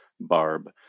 barb